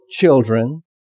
children